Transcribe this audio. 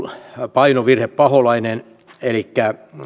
painovirhepaholainen elikkä